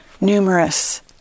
numerous